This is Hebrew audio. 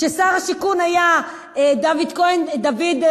כששר השיכון היה דוד לוי,